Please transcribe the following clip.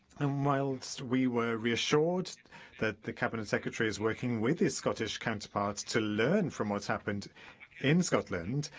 am whilst we were reassured that the cabinet secretary is working with his scottish counterpart to learn from what's happened in scotland,